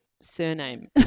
surname